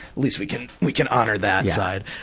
least we can, we can honor that side.